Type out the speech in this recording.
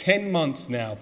ten months now